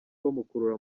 bamukurura